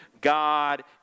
God